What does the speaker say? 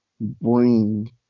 bring